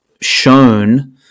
shown